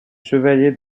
chevalier